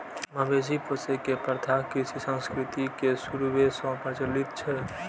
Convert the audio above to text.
मवेशी पोसै के प्रथा कृषि संस्कृति के शुरूए सं प्रचलित छै